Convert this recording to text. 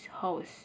house